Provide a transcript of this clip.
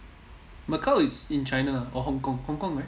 macau is in china ah or hong-kong hong-kong right